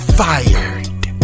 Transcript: fired